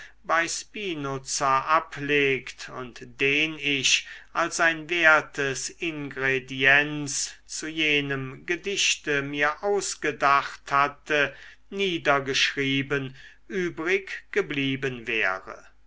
bei spinoza abgelegt und den ich als ein wertes ingrediens zu jenem gedichte mir ausgedacht hatte niedergeschrieben übrig geblieben wäre